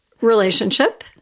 relationship